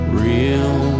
real